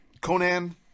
Conan